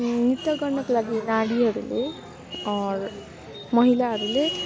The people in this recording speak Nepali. नृत्य गर्नको लागि नारीहरूले अर महिलाहरूले